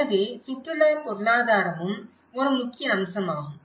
எனவே சுற்றுலா பொருளாதாரமும் ஒரு முக்கிய அம்சமாகும்